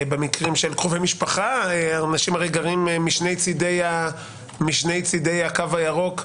במקרים של קרובי משפחה אנשים הרי גרים משני צידי הקו הירוק,